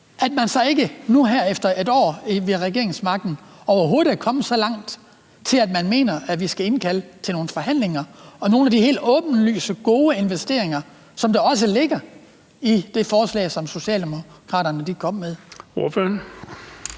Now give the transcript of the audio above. at man så ikke nu her efter et år ved regeringsmagten overhovedet er kommet så langt, at man mener, at man skal indkalde til nogle forhandlinger om nogle af de helt åbenlyst gode investeringer, der også ligger i det forslag, som Socialdemokraterne kom med.